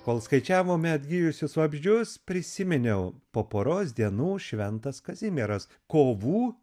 kol skaičiavome atgijusius vabzdžius prisiminiau po poros dienų šventas kazimieras kovų